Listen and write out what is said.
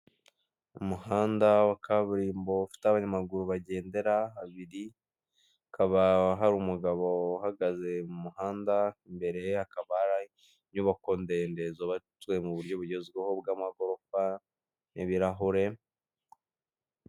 Umuhanda wa kaburimbo ufite aho abanyamaguru bagendera habiri, hakaba hari umugabo uhagaze mu muhanda, imbere ye hakaba hari inyubako ndende zubabatswe mu buryo bugezweho bw'amagorofa n'ibirahure.